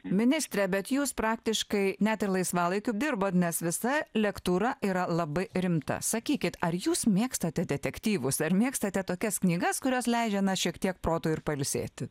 ministre bet jūs praktiškai net ir laisvalaikiu dirbat nes visa lektūra yra labai rimta sakykit ar jūs mėgstate detektyvus ar mėgstate tokias knygas kurios leidžia na šiek tiek protui ir pailsėti